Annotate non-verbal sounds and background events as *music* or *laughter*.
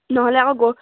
নহ'লে আকৌ *unintelligible*